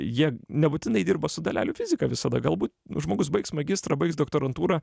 jie nebūtinai dirba su dalelių fizika visada galbūt žmogus baigs magistrą baigs doktorantūrą